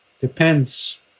depends